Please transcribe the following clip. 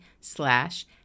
slash